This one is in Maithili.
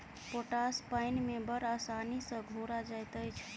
पोटास पाइन मे बड़ आसानी सॅ घोरा जाइत अछि